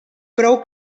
prou